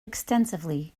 extensively